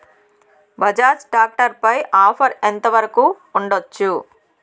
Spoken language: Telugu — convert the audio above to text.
బజాజ్ టాక్టర్ పై ఆఫర్ ఎంత వరకు ఉండచ్చు?